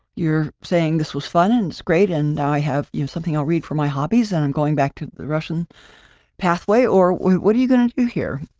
you're saying this was fun, and it's great, and i have, you know, something i'll read for my hobbies. and i'm going back to the russian pathway, or what are you going to do here?